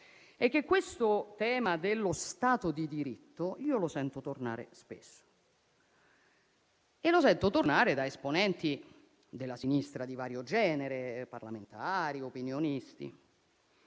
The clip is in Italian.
è che questo tema dello Stato di diritto lo sento tornare spesso, da parte di esponenti della sinistra di vario genere, parlamentari e opinionisti,